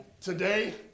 Today